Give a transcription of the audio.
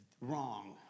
Wrong